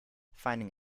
finding